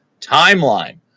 timeline